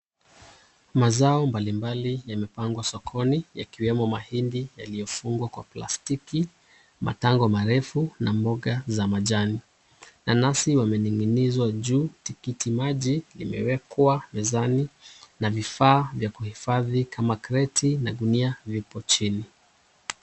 Mazao mbalimbali yamepangwa sokoni ,yakiwemo mahindi yaliyofungwa kwa plastiki, matango marefu na mboga za majani ,nanazi wamening'inizwa juu , tikiti maji limewekwa mezani na vifaa vya kuhifadhi kama kreti na gunia zipo chini.